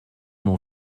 mon